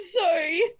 sorry